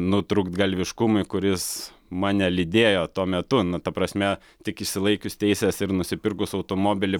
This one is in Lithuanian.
nutrūktgalviškumui kuris mane lydėjo tuo metu na ta prasme tik išsilaikius teises ir nusipirkus automobilį